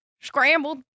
scrambled